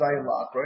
right